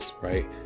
right